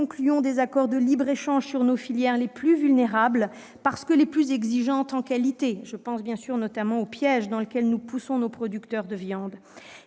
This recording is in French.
acteurs des accords de libre-échange portant sur nos filières les plus vulnérables, parce que les plus exigeantes en qualité- je pense notamment au piège dans lequel nous poussons nos producteurs de viande